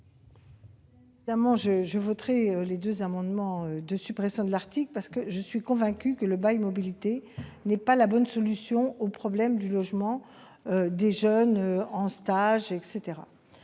Je voterai ces amendements de suppression. Je suis convaincue que le bail mobilité n'est pas la bonne solution au problème du logement des jeunes en stage.